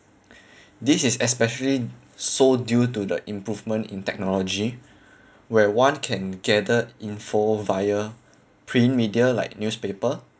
this is especially so due to the improvement in technology where one can gather info via print media like newspaper